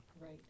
Right